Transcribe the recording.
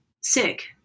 sick